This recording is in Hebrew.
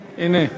הנה,